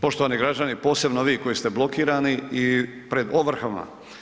Poštovani građani, posebno vi koji ste blokirani i pred ovrhama.